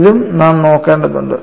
ഇതും നാം നോക്കേണ്ടതുണ്ട്